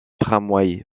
tramway